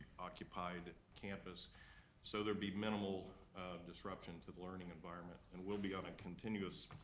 occupied campus so there'd be minimal disruption to the learning environment, and we'll be on a continuous